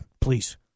please